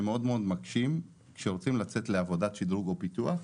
והם מאוד מקשים כשרוצים לצאת לעבודות שדרוג ופיתוח.